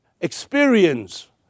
experience